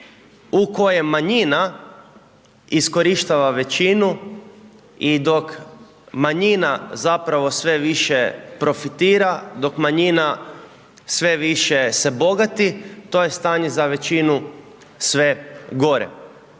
u kojem manjina iskorištava većinu i dok manjina zapravo sve više profitira, dok manjina sve više se bogati to je stanje za većinu sve gore.